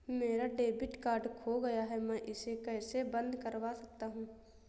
मेरा debit card खो गया है मैं इसे कैसे बंद करवा सकता हूँ?